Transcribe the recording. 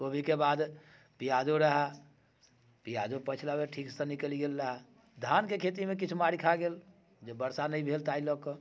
कोबीके बाद पियाजो रहै पियाजो पछिला बेर ठीकसँ निकलि गेल रहै धानके खेतीमे किछु मारि खा गेल जे वर्षा नहि भेल तै लऽ कऽ